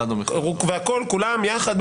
והכול כולם יחד,